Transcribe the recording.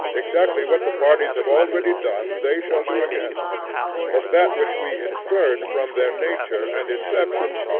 exactly what the parties have already done they shall do again but that which we inferred from their nature and inception,